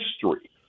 history